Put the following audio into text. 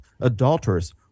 adulterers